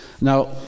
Now